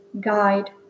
guide